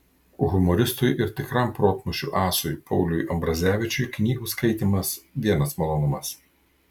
humoristui ir tikram protmūšių asui pauliui ambrazevičiui knygų skaitymas vienas malonumas